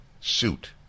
suit